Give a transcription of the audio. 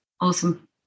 awesome